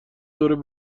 دوران